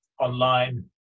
online